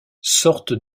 sorte